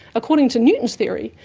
according to newton's theory,